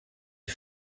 die